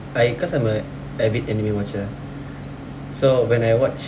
I cause I'm a avid anime watcher so when I watched